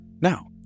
Now